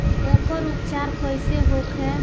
एकर उपचार कईसे होखे?